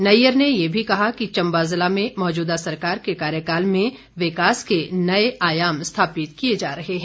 नैयर ने ये भी कहा कि चम्बा जिला में मौजूदा सरकार के कार्यकाल में विकास के नए आयाम स्थापित किए जा रहे हैं